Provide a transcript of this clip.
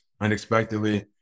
unexpectedly